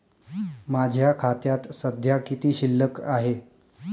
माझ्या खात्यात सध्या किती शिल्लक आहे?